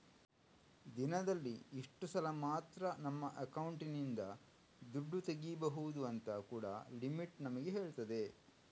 ದಿನದಲ್ಲಿ ಇಷ್ಟು ಸಲ ಮಾತ್ರ ನಮ್ಮ ಅಕೌಂಟಿನಿಂದ ದುಡ್ಡು ತೆಗೀಬಹುದು ಅಂತ ಕೂಡಾ ಲಿಮಿಟ್ ನಮಿಗೆ ಹೇಳ್ತದೆ